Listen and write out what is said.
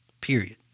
period